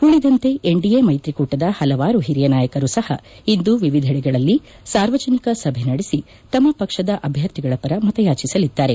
ಉಳಿದಂತೆ ಎನ್ಡಿಎ ಮೈತ್ರಿಕೂಟದ ಹಲವಾರು ಹಿರಿಯ ನಾಯಕರು ಸಹ ಇಂದು ವಿವಿಧೆಡೆಗಳಲ್ಲಿ ಸಾರ್ವಜನಿಕ ಸಭೆ ನಡೆಸಿ ತಮ್ಮ ಪಕ್ಷದ ಅಭ್ಯರ್ಥಿಗಳ ಪರ ಮತಯಾಚಿಸಲಿದ್ದಾರೆ